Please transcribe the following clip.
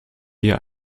ihr